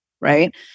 right